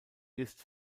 ist